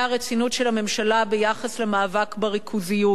הרצינות של הממשלה ביחס למאבק בריכוזיות,